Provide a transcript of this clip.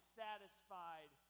satisfied